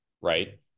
right